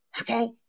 Okay